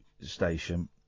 station